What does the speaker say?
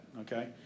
Okay